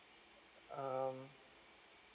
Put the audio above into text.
um